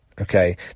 Okay